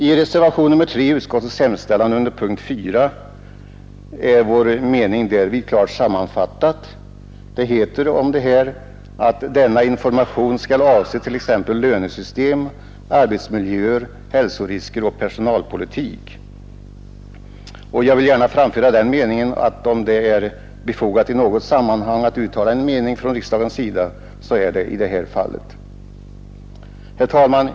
I reservation nr 3 vid utskottets hemställan under punkten 4 är detta klart sammanfattat: ”Denna information skall avse t.ex. lönesystem, arbetsmiljöer, hälsorisker och personalpolitik.” Om det är befogat i något sammanhang att riksdagen uttalar en mening så är det i det här fallet. Herr talman!